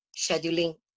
scheduling